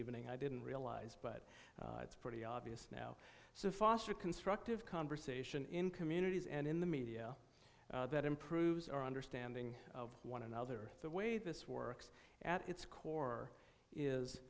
evening i didn't realize but it's pretty obvious now so foster constructive conversation in communities and in the media that improves our understanding of one another the way this works at its core is